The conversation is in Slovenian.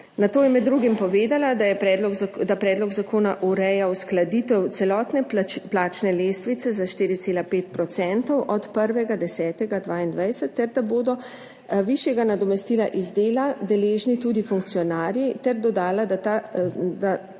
Nato je med drugim povedala, da predlog zakona ureja uskladitev celotne plačne lestvice za 4,5 % od 1. 10. 2022 ter da bodo višjega nadomestila iz dela deležni tudi funkcionarji, ter